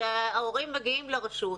כי ההורים מגיעים לרשות,